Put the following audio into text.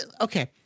okay